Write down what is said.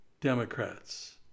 Democrats